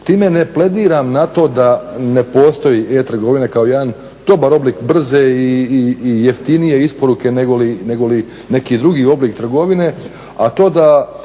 Time ne plediram na to da ne postoji e-trgovina kao jedan dobar oblik brze i jeftinije isporuke negoli neki drugi oblik trgovine. A to da